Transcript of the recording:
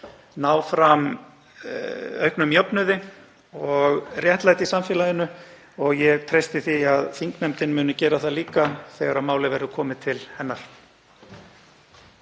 ná fram auknum jöfnuði og réttlæti í samfélaginu og ég treysti því að þingnefndin muni gera það líka þegar málið verður komið til hennar.